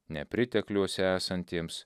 nepritekliuose esantiems